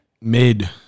mid